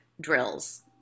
drills